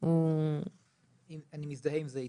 הוא --- אני מזדהה עם זה היטב.